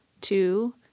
two